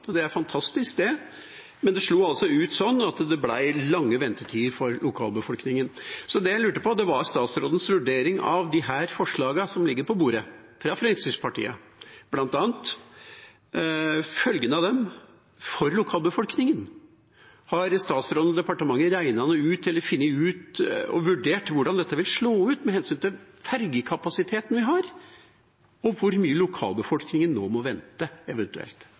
Det er fantastisk det, men det slo altså ut sånn at det ble lange ventetider for lokalbefolkningen. Det jeg lurte på, var statsrådens vurdering av forslagene som ligger på bordet fra bl.a. Fremskrittspartiet, med tanke på følgene av dem for lokalbefolkningen. Har statsråden og departementet regnet noe ut eller funnet ut og vurdert hvordan dette vil slå ut med hensyn til fergekapasiteten vi har, og hvor mye lokalbefolkningen nå eventuelt må vente?